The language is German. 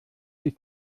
ist